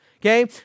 Okay